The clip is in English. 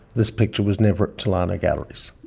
this picture was never at tolarno galleries.